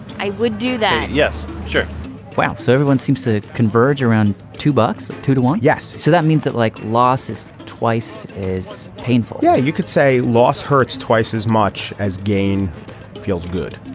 i would do that. yes, sure laughs everyone seems to converge around two bucks. two to one. yes. so that means that like lost twice is painful. yeah. you could say lost hurts twice as much as gain feels good.